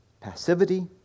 passivity